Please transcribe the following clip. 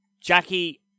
Jackie—